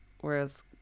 Whereas